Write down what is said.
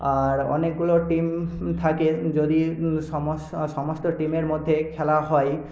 আর অনেকগুলো টিম থাকে যদি সম সমস্ত টিমের মধ্যে খেলা হয়